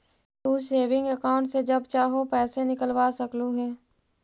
तू saving account से जब चाहो पैसे निकलवा सकलू हे